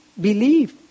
Believe